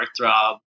heartthrob